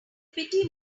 pity